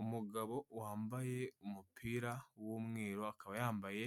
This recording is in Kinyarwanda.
Umugabo wambaye umupira w'umweru akaba yambaye